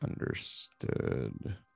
Understood